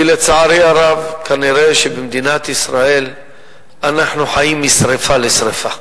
כי לצערי הרב כנראה שבמדינת ישראל אנחנו חיים משרפה לשרפה.